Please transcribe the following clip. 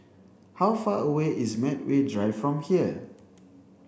how far away is Medway Drive from here